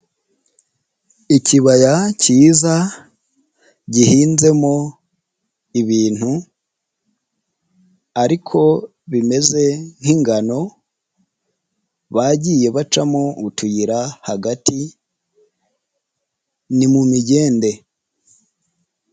Ikibaya cyiza, gihinzemo ibintu, ariko bimeze nk'ingano, bagiye bacamo utuyira, hagati ni mu migende.